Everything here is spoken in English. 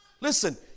Listen